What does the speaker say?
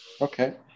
Okay